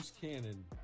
cannon